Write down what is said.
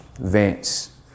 Vance